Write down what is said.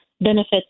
benefits